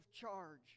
charge